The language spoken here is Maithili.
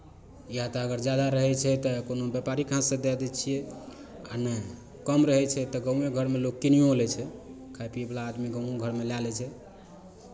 या तऽ अगर जादा रहै छै तऽ कोनो व्यापारीके हाथसँ दए दै छियै आ नहि कम रहै छै तऽ गाँवए घरमे लोक कीनिओ लै छै खाइ पियैवला आदमी गाँवओ घरमे लए लै छै